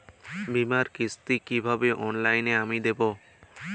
বীমার কিস্তি কিভাবে অনলাইনে আমি দেবো?